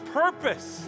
purpose